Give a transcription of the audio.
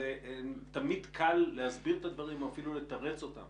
זה תמיד קל להסביר את הדברים או אפילו לתרץ אותם